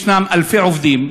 יש אלפי עובדים,